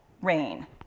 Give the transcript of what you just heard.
rain